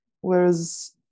Whereas